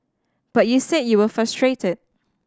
but you said you were frustrated